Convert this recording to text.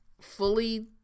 fully